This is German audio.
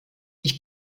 ich